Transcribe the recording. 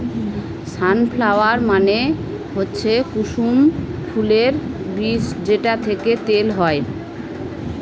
সান flower মানে হচ্ছে কুসুম ফুলের বীজ যেটা থেকে তেল হয়